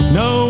no